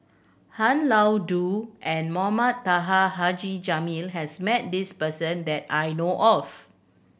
Han Lao Da and Mohamed Taha Haji Jamil has met this person that I know of